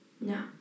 No